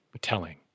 telling